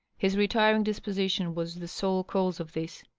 his retiring disposition was the sole cause of this.